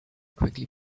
quickly